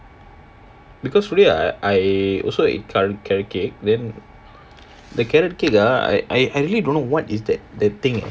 because really I I also eat curry carrot cake then the carrot cake ah I I really don't know what is that that thing eh